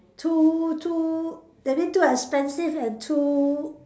too too that mean too expensive and too